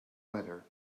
weather